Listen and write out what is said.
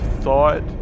thought